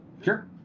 Sure